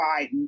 Biden